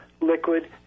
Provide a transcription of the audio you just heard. liquid